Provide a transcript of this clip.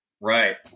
Right